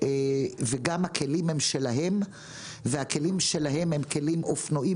וגם הכלים הם שלהם והכלים שלהם הם אופנועים